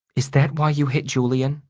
is that why you hit julian?